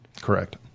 Correct